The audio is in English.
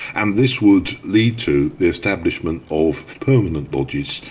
and this would lead to the establishment of permanent lodges.